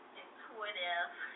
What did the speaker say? intuitive